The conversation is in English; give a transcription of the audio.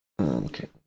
Okay